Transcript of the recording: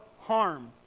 harm